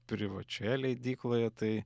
privačioje leidykloje tai